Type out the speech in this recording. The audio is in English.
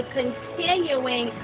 continuing